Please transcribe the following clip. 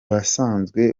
basanzwe